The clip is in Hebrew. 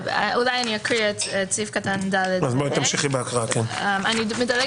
אני אסיים